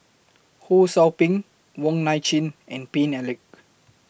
Ho SOU Ping Wong Nai Chin and Paine Eric